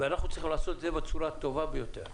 ואנחנו צריכים לעשות את זה בצורה הטובה ביותר.